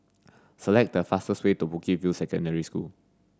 select the fastest way to Bukit View Secondary School